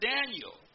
Daniel